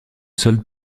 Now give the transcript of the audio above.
solde